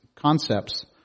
concepts